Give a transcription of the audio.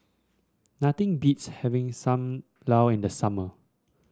nothing beats having Sam Lau in the summer